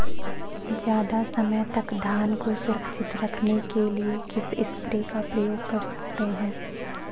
ज़्यादा समय तक धान को सुरक्षित रखने के लिए किस स्प्रे का प्रयोग कर सकते हैं?